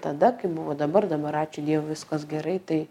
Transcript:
tada kaip buvo dabar dabar ačiū dievui viskas gerai tai